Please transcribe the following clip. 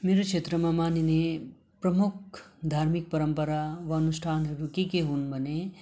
मेरो क्षेत्रमा मानिने प्रमुख धार्मिक परम्परा वा अनुष्ठानहरू के के हुन् भने